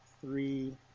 three